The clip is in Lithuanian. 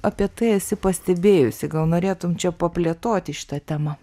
apie tai esi pastebėjusi gal norėtum čia paplėtoti šitą temą